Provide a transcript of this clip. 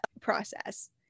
process